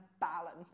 balance